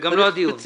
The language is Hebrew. זה גם לא הדיון.